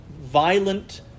violent